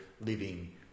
living